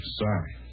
sorry